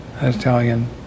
italian